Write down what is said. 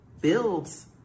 builds